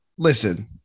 Listen